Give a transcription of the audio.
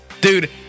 Dude